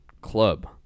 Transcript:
club